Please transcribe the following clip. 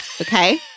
Okay